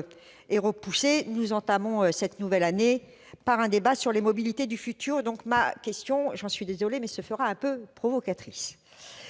été repoussé, nous entamons cette nouvelle année par un débat sur les mobilités du futur. Ma question, et j'en suis désolée, se fera un peu provocatrice.